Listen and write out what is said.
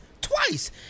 twice